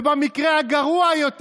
ובמקרה הגרוע יותר,